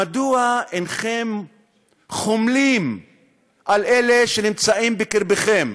מדוע אינכם חומלים על אלה שנמצאים בקרבכם,